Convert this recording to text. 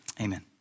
amen